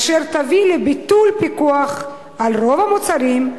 אשר תביא לביטול הפיקוח על רוב המוצרים,